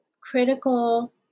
critical